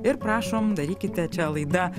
ir prašom darykite čia laida